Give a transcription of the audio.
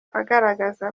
agaragaza